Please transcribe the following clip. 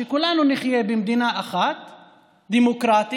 שכולנו נחיה במדינה אחת דמוקרטית-שוויונית.